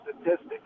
statistic